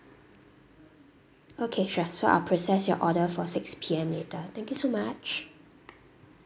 okay sure so I'll process your order for six P_M later thank you so much